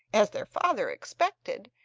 as their father expected,